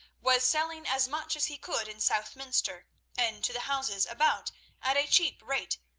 was selling as much as he could in southminster and to the houses about at a cheap rate,